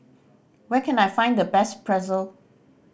where can I find the best Pretzel